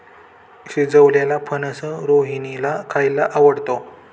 शिजवलेलेला फणस रोहिणीला खायला आवडतो